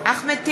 אחמד טיבי,